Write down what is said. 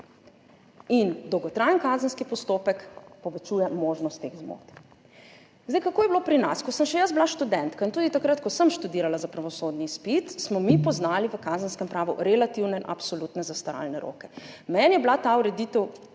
Dolgotrajen kazenski postopek povečuje možnost teh zmot. Kako je bilo pri nas. Ko sem še bila študentka in tudi takrat, ko sem študirala za pravosodni izpit, smo mi poznali v kazenskem pravu relativne in absolutne zastaralne roke. Meni je bila ta ureditev